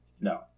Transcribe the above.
no